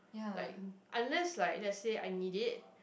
like unless like let say I need it